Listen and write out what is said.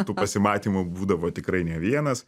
tų pasimatymų būdavo tikrai ne vienas